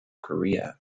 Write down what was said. korea